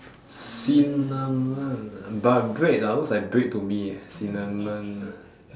cinnamon ah but bread lah looks like bread to me eh cinnamon